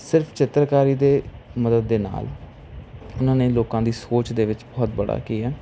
ਸਿਰਫ਼ ਚਿੱਤਕਾਰੀ ਦੇ ਮਦਦ ਦੇ ਨਾਲ ਉਨ੍ਹਾਂ ਨੇ ਲੋਕਾਂ ਦੀ ਸੋਚ ਦੇ ਵਿੱਚ ਬਹੁਤ ਬੜਾ ਕੀ ਹੈ